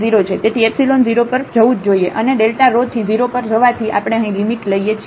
તેથી એપ્સીલોન 0 પર જવુ જ જોઇએ અને ડેલ્ટા rho થી 0 પર જવાથી આપણે અહીં લિમિટ લઈએ છીએ